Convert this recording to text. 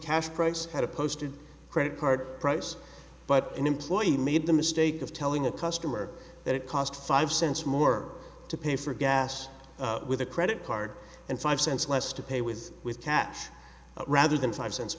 cash price had a posted credit card price but an employee made the mistake of telling a customer that it cost five cents more to pay for gas with a credit card and five cents less to pay with with catch rather than five cents